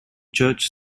church